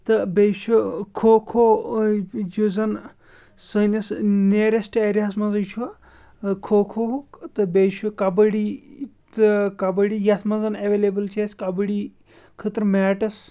تہٕ بیٚیہِ چھُ کھو کھو یُس زَن سٲنِس نِیرٮ۪سٹ ایریاہَس منٛزٕے چھُ کھو کھوہُک تہٕ بیٚیہِ چھُ کَبڈی تہٕ کَبَڈی یَتھ منٛز زَن اٮ۪وٮ۪لیبٕل چھِ اَسہِ کَبڈی خٲطرٕ میٹٕس